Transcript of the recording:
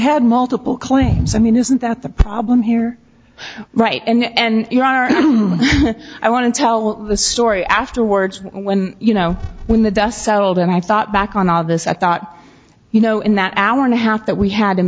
had multiple claims i mean isn't that the problem here right and your honor i want to tell the story afterwards when you know when the dust settled and i thought back on all of this i thought you know in that hour and a half that we had in